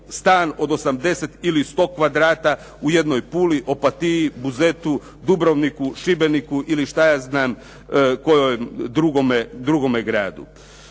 stan od 80 ili 100 kvadrata u jednoj Puli, Opatiji, Buzetu, Dubrovniku, Šibeniku ili nekom drugome gradu.